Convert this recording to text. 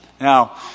Now